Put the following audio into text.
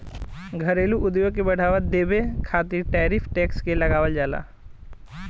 घरेलू उद्योग के बढ़ावा देबे खातिर टैरिफ टैक्स के लगावल जाला